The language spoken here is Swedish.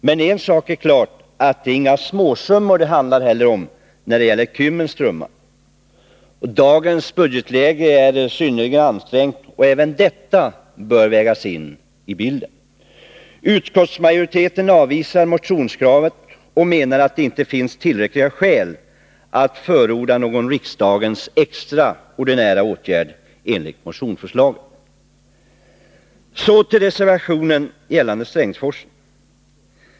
Men det är klart att det inte heller handlar om några småsummor när det gäller Kymmen. Dagens budgetläge är synnerligen ansträngt, och även detta bör vägas in i bilden. Utskottsmajoriteten avvisar motionskravet och menar att det inte finns tillräckliga skäl att förorda någon riksdagens extraordinära åtgärd enligt motionsförslaget. Så till reservationen gällande Strängsforsen.